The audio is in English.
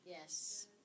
Yes